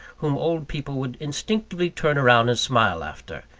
whom old people would instinctively turn round and smile after,